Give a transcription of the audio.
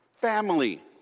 family